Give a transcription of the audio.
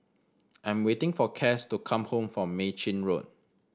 I'm waiting for Cas to come home from Mei Chin Road